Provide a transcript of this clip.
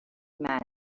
man